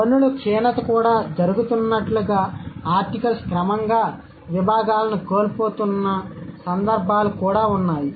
ధ్వనుల క్షీణత కూడా జరుగుతున్నట్లుగా ఆర్టికల్స్ క్రమంగా విభాగాలను కోల్పోతున్న సందర్భాలు కూడా ఉన్నాయి